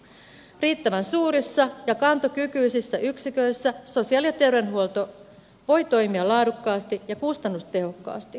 riittävän suurissa ja kantokykyisissä yksiköissä sosiaali ja terveydenhuolto voi toimia laadukkaasti ja kustannustehokkaasti